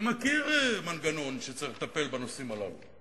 אני מכיר מנגנון שצריך לטפל בנושאים הללו.